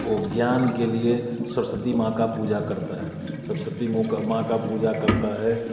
ओ ज्ञान के लिए सरस्वती माँ का पूजा करता है सरस्वती माँ का का पूजा करता है